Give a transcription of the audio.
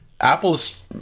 Apple's